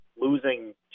losing